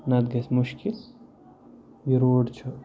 نَتہٕ گژھِ مُشکِل یہِ روڈ چھُ